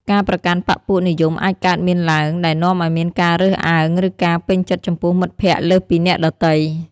ការប្រកាន់បក្សពួកនិយមអាចកើតមានឡើង ដែលនាំឱ្យមានការរើសអើង ឬការពេញចិត្តចំពោះមិត្តភក្តិលើសពីអ្នកដទៃ។